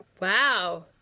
Wow